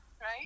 Right